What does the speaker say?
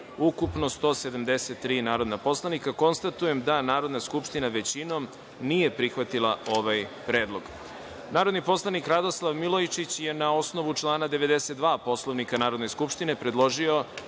ukupno 175 narodnih poslanika. Konstatujem da Narodna skupština nije prihvatila ovaj predlog. Narodni poslanik Radoslav Milojičić na osnovu člana 92. Poslovnika Narodne skupštine predložio